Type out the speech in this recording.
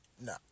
No